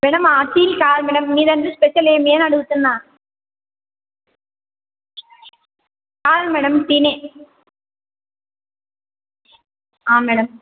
madam ఆ tea కాదు madam మీదాంట్లో స్పెషల్ ఏమి అడుగుతున్నాను కాదు మేడం టీనే మేడం